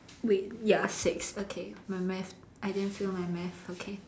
wait ya six okay my math I didn't fail my math okay